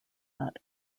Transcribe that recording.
not